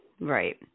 right